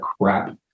crap